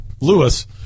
Lewis